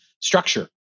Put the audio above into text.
structure